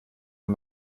der